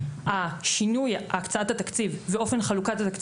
השינוי בהקצאת התקציב ובאופן חלוקתו,